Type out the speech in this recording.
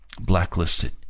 blacklisted